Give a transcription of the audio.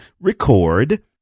record